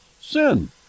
sin